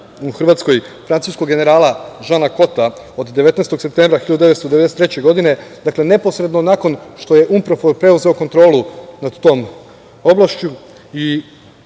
u Hrvatskoj francuskog generala Žana Kota od 19. septembra 1993. godine, dakle neposredno nakon što je UNPROFOR preuzeo kontrolu nad tom oblašću, i